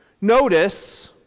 Notice